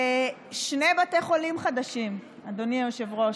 שני בתי חולים חדשים, אדוני היושב-ראש.